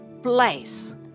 place